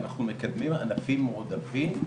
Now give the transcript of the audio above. אנחנו מקדמים ענפים מועדפים,